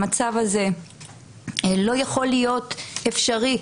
המצב הזה לא יכול להיות אפשרי,